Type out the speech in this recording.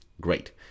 Great